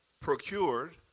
procured